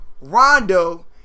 Rondo